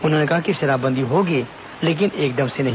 उन्होंने कहा कि शराब बंदी होगी लेकिन एकदम से नहीं